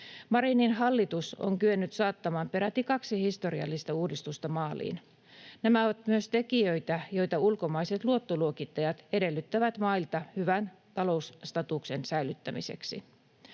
Marinin hallitus on kyennyt saattamaan peräti kaksi historiallista uudistusta maaliin. Nämä ovat myös tekijöitä, joita ulkomaiset luottoluokittajat edellyttävät mailta hyvän talousstatuksen säilyttämiseksi.